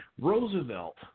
Roosevelt